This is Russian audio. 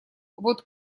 вот